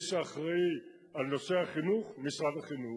מי שאחראי לנושא החינוך, משרד החינוך.